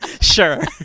Sure